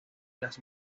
las